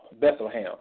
Bethlehem